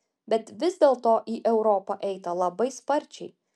bet vis dėlto į europą eita labai sparčiai